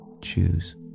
choose